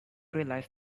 realise